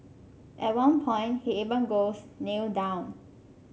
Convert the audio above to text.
at one point he even goes Kneel down